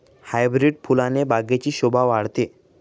hybrid फुलाने बागेची शोभा वाढते